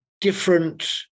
different